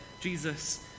jesus